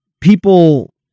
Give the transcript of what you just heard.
people